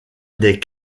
des